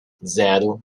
zero